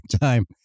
time